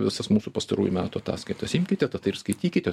visas mūsų pastarųjų metų ataskaitas imkite tad ir skaitykite